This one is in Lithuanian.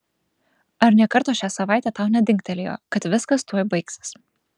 ar nė karto šią savaitę tau nedingtelėjo kad viskas tuoj baigsis